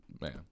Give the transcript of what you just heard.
man